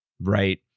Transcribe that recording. right